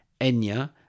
Enya